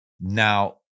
Now